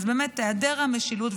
אז באמת היעדר המשילות,